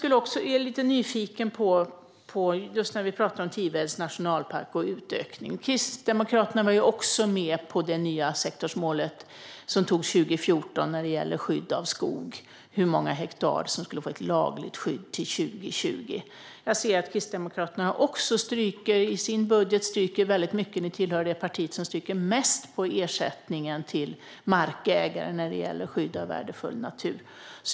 Nu när vi pratar om Tivedens nationalpark och utökning är jag också lite nyfiken på en annan sak. Kristdemokraterna var ju också med på det nya sektorsmålet som togs 2014 gällande skydd av skog och hur många hektar som skulle få ett lagligt skydd till 2020. Jag ser att Kristdemokraterna också i sin budget stryker väldigt mycket. Ni är ett av de partier som stryker mest på ersättningen till markägare när det gäller skydd av värdefull natur.